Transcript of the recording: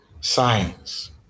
science